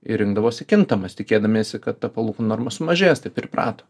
ir rinkdavosi kintamas tikėdamiesi kad ta palūkanų norma sumažės tai priprato